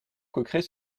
coqueret